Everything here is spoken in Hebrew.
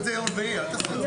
אחת כדי לראות את ההגדרות.